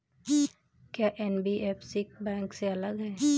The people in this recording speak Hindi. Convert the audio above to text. क्या एन.बी.एफ.सी बैंक से अलग है?